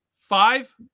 five